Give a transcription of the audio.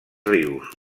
rius